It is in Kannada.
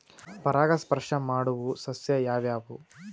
ಪರಾಗಸ್ಪರ್ಶ ಮಾಡಾವು ಸಸ್ಯ ಯಾವ್ಯಾವು?